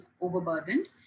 overburdened